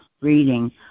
reading